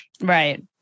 Right